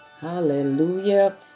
Hallelujah